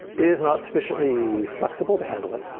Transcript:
is not sufficiently flexible to handle it.